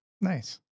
nice